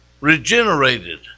regenerated